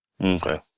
Okay